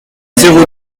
zéro